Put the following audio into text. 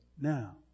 now